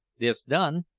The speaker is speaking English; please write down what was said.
this done,